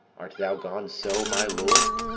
art thou gone so, my lord,